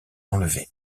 enlevée